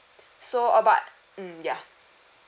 so uh but mm ya